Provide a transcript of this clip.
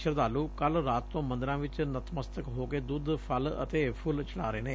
ਸ਼ਰਧਾਲੂ ਕੱਲੂ ਰਾਤ ਤੋਂ ਮੰਦਰਾਂ ਵਿਚ ਨਤਮਸਤਕ ਹੋ ਕੇ ਦੁੱਧ ਫਲ ਅਤੇ ਫੁੱਲ ਚੜਾ ਰਹੇ ਨੇ